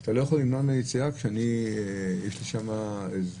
שלא יכולים למנוע מהם יציאה כי יש להם שם עסקים.